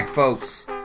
folks